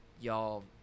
y'all